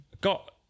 got